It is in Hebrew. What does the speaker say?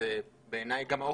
שזה בעיניי אוכל,